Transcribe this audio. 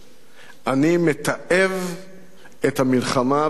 אני מתעב את המלחמה ושונא אותה.